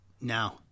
now